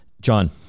John